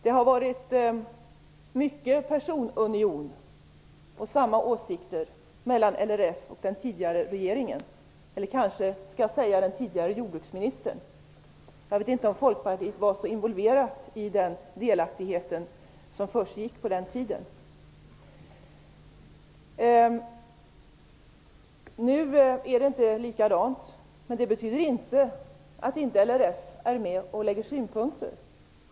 Det har varit mycket personunion av samma åsikter mellan LRF och den tidigare regeringen eller, kanske jag skall säga, den tidigare jordbruksministern. Jag vet inte om Folkpartiet var så involverat i den delaktighet som försiggick på den tiden. Nu är det inte likadant, men det betyder inte att inte LRF är med och lägger fram synpunkter.